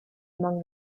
among